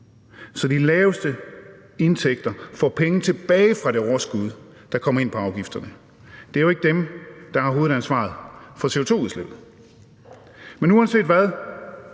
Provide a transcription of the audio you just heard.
så de laveste indtægter får penge tilbage fra det overskud, der kommer ind på afgifterne. Det er jo ikke dem, der har hovedansvaret for CO2-udslippet. Men uanset hvad,